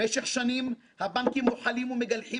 משך שנים הבנקים מוחלים ו"מגלחים"